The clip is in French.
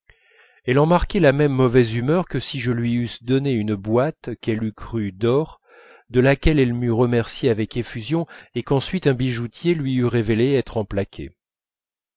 elle en marquait la même mauvaise humeur que si je lui eusse donné une boîte qu'elle eût cru d'or de laquelle elle m'eût remercié avec effusion et qu'ensuite un bijoutier lui eût révélé être en plaqué